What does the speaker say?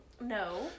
No